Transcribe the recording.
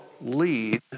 lead